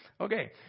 Okay